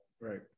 right